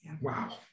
wow